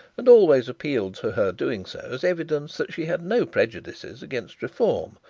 and always appealed to her doing so as evidence that she had no prejudices against reform,